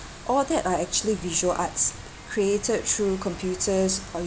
all that are actually visual arts created through computers or